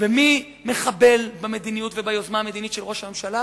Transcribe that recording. ומי מחבל במדיניות וביוזמה המדינית של ראש הממשלה